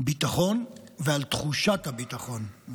ביטחון ועל תחושת הביטחון,